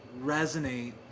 resonate